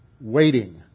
waiting